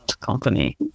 company